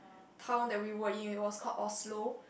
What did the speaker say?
town that we were in it was called Oslow